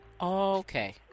Okay